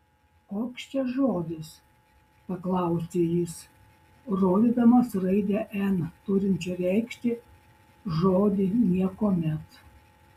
koks čia žodis paklausė jis rodydamas raidę n turinčią reikšti žodį niekuomet